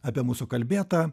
apie mūsų kalbėtą